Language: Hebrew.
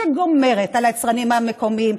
שגומרת על היצרנים המקומיים,